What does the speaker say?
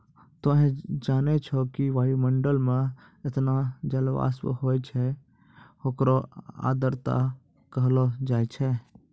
तोहं जानै छौ कि वायुमंडल मं जतना जलवाष्प होय छै होकरे आर्द्रता कहलो जाय छै